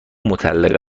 مطلقه